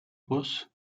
poço